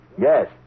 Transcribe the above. Yes